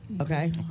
Okay